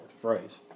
phrase